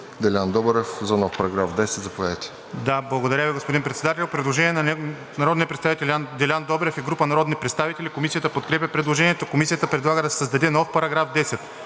Делян Добрев за нов § 10. ДОКЛАДЧИК ПЕТЪР ЧОБАНОВ: Благодаря Ви, господин Председател. Предложение на народния представител Делян Добрев и група народни представители. Комисията подкрепя предложението. Комисията предлага да се създаде нов § 10: „§ 10.